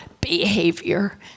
behavior